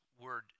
word